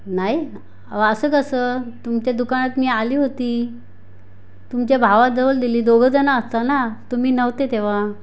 नाही अहो असं कसं तुमच्या दुकानात मी आली होती तुमच्या भावाजवळ दिली दोघं जण असता ना तुम्ही नव्हते तेव्हा